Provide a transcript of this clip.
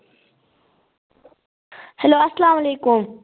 hello اسلام علیکُم